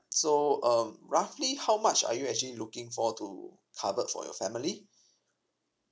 so um roughly how much are you actually looking for to covered for your family